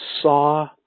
Saw